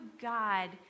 God